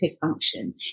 function